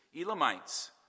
Elamites